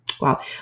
Wow